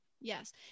Yes